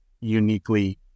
uniquely